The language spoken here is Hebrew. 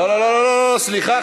לא, סליחה.